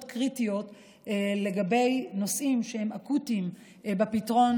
קריטיות לגבי נושאים שהם אקוטיים לפתרון.